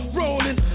rolling